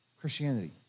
Christianity